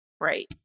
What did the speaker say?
right